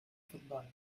futbol